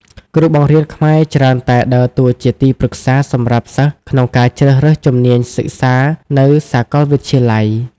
គ្រូបង្រៀនខ្មែរច្រើនតែដើរតួជាទីប្រឹក្សាសម្រាប់សិស្សក្នុងការជ្រើសរើសជំនាញសិក្សានៅសាកលវិទ្យាល័យ។